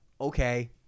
okay